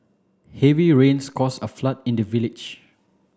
heavy rains caused a flood in the village